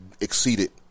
exceeded